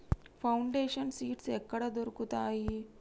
Foundation seeds ఎక్కడ దొరుకుతాయి?